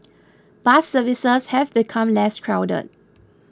bus services have become less crowded